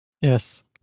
yes